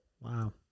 Wow